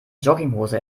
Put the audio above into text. jogginghose